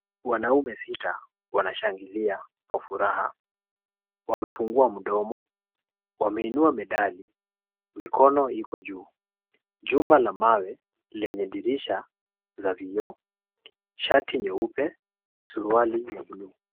Wanaume sita wanashangilia kwa furaha. Wamefungua mdomo, wameinua medali, mikono iko juu. Jumba la mawe lenye dirisha za vioo, shati nyeupe, suruali ya bluu.